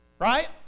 right